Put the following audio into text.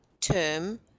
term